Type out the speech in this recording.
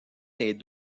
des